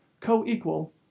co-equal